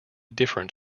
different